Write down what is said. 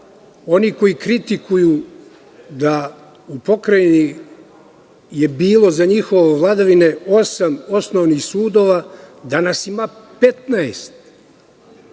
one koji kritikuju da je u Pokrajini bili za njihove vladavine osam osnovnih sudova. Danas ima 15.